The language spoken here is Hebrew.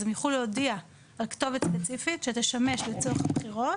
הם יוכלו להודיע לכתובת ספציפית שתשמש לצורך הבחירות